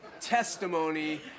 testimony